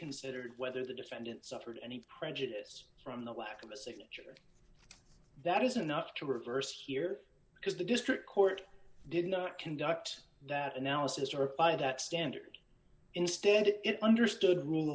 considered whether the defendant suffered any prejudice from the lack of a signature that is enough to reverse here because the district court did not conduct that analysis or by that standard instead it understood rule